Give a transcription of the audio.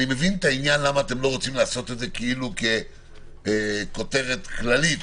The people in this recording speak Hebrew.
שאני מבין למה אתם לא רוצים לעשות את זה ככותרת כללית,